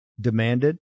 demanded